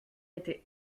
était